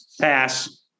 Pass